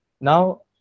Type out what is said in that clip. Now